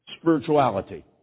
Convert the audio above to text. spirituality